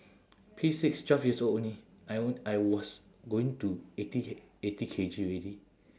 P six twelve years old only I on~ I was going to eighty K eighty K_G already